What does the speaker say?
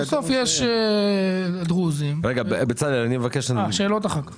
בצלאל, אני מבקש שנשמע שאלות אחר כך.